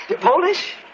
Polish